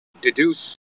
deduce